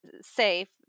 safe